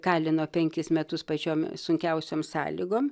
kalino penkis metus pačiom sunkiausiom sąlygom